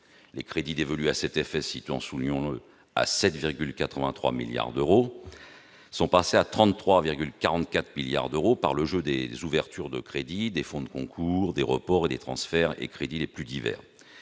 les crédits dévolus à cet effet sont, soulignons-le, de 7,83 milliards d'euros -à 33,44 milliards d'euros par le jeu des ouvertures de crédits, des fonds de concours, des reports et transferts de crédits les plus divers.